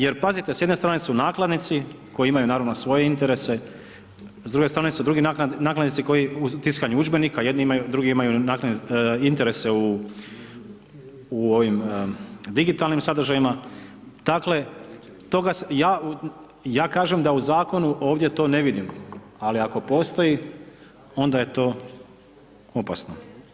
Jer pazite s jedne strane su nakladnici koji imaju naravno svoje interese, s druge strane su drugi nakladnici koji u tiskanju udžbenika jedni imaju, drugi imaju interese u ovim digitalnim sadržajima, dakle toga ja kažem da u zakonu ovdje to ne vidim, ali ako postoji onda je to opasno.